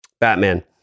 Batman